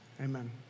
amen